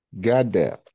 Goddamn